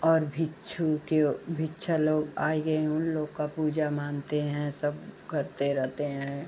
और भिक्षु के वो भिक्षु लोग आए गए उन लोग की पूजा मानते हैं सब करते रहते हैं